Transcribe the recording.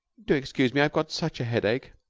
do excuse me. i've got such a headache.